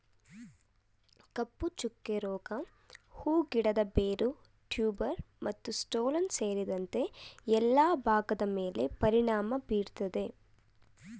ಕಪ್ಪುಚುಕ್ಕೆ ರೋಗ ಹೂ ಗಿಡದ ಬೇರು ಟ್ಯೂಬರ್ ಮತ್ತುಸ್ಟೋಲನ್ ಸೇರಿದಂತೆ ಎಲ್ಲಾ ಭಾಗದ್ಮೇಲೆ ಪರಿಣಾಮ ಬೀರ್ತದೆ